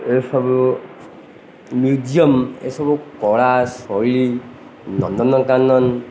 ଏସବୁ ମ୍ୟୁଜିୟମ୍ ଏସବୁ କଳା ଶୈଳୀ ନନ୍ଦନକାନନ